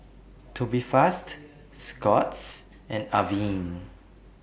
Tubifast Scott's and Avene